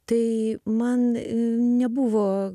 tai man nebuvo